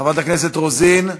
חברת הכנסת רוזין,